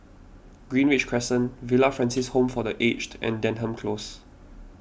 Greenridge Crescent Villa Francis Home for the Aged and Denham Close